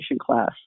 class